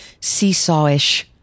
seesawish